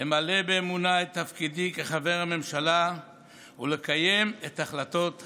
למלא באמונה את תפקידי כחבר הממשלה ולקיים את החלטות הכנסת.